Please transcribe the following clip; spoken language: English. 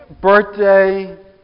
Birthday